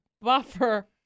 buffer